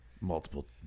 Multiple